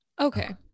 Okay